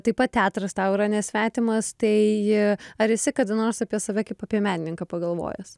taip pat teatras tau yra nesvetimas tai ar esi kada nors apie save kaip apie menininką pagalvojęs